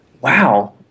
Wow